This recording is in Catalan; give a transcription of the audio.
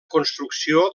construcció